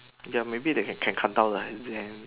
ya maybe they can cut down the exam